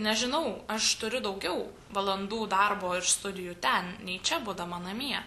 nežinau aš turiu daugiau valandų darbo ir studijų ten nei čia būdama namie